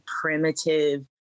primitive